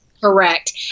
Correct